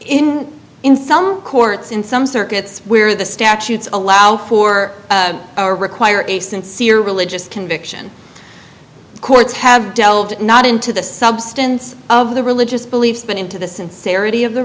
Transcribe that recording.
in in some courts in some circuits where the statutes allow for our require a sincere religious conviction the courts have delved not into the substance of the religious beliefs but into the sincerity of their